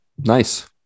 Nice